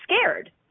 scared